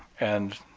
and